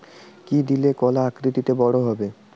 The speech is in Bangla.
কি দিলে কলা আকৃতিতে বড় হবে?